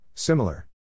Similar